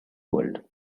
world